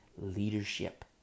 leadership